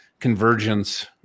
convergence